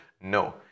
No